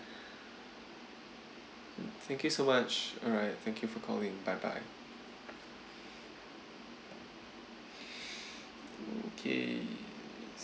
thank you so much alright thank you for calling bye bye okay